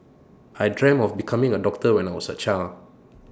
I dreamt of becoming A doctor when I was A child